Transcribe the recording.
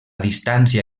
distància